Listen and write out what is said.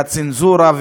והצנזורה,